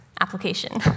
application